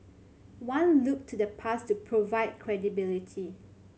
one looked to the past to provide credibility